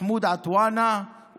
מחמוד עטאונה,